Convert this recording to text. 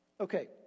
Okay